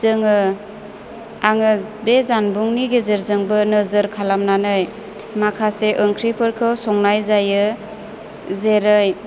जोङो आङो बे जानबुंनि गेजेरजोंबो नोजोर खालामनानै माखासे ओंख्रिफोरखौ संनाय जायो जेरै